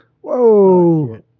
Whoa